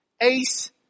ace